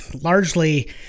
Largely